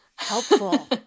Helpful